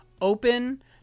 open